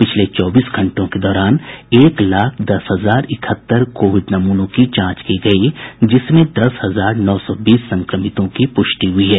पिछले चौबीस घंटों के दौरान एक लाख दस हजार इकहत्तर कोविड नमूनों की जांच की गयी जिसमें दस हजार नौ सौ बीस संक्रमितों की पुष्टि हुई है